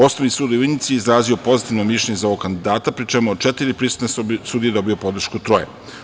Osnovni sud u Ivanjici je izrazio pozitivno mišljenje za ovog kandidata, pri čemu je od četiri prisutne sudije dobio podršku troje.